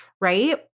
right